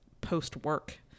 post-work